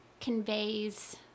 conveys